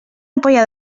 ampolla